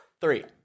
Three